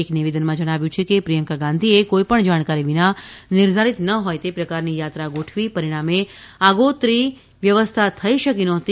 એક નિવેદનમાં જણાવ્યું છે કે પ્રિયંકા ગાંધીએ કોઇ પણ જાણકારી વિના નિર્ધારીત ન હોય તે પ્રકારની યાત્રા ગોઠવી પરિણામે આગોતરી વ્યવસ્થા થઇ શકી નહોતી